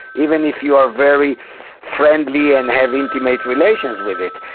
even if you are very friendly and have intimate relations with it.